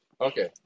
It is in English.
Okay